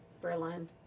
Berlin